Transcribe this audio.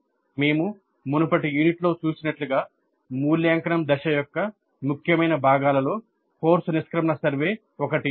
" మేము మునుపటి యూనిట్లో చూసినట్లుగా మూల్యాంకనం దశ యొక్క ముఖ్యమైన భాగాలలో కోర్సు నిష్క్రమణ సర్వే ఒకటి